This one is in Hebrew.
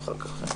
תודה.